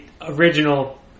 original